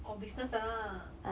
oh business 的啦